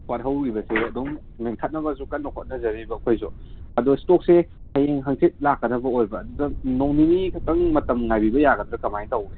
ꯋꯥꯠꯍꯧꯔꯤꯕꯁꯦ ꯑꯗꯨꯝ ꯃꯦꯟꯈꯠꯅꯕꯁꯨ ꯀꯟꯅ ꯍꯣꯠꯅꯖꯔꯤꯕ ꯑꯩꯈꯣꯏꯁꯨ ꯑꯗꯨ ꯏꯁꯇꯣꯛꯁꯦ ꯍꯌꯦꯡ ꯍꯥꯡꯆꯤꯠ ꯂꯥꯛꯀꯗꯕ ꯑꯣꯏꯕ ꯑꯗꯨꯗ ꯅꯣꯡꯃ ꯅꯤꯅꯤ ꯈꯛꯇꯪ ꯃꯇꯝ ꯉꯥꯏꯕꯤꯕ ꯌꯥꯒꯗ꯭ꯔꯥ ꯀꯔꯃꯥꯏ ꯇꯧꯕꯅꯣ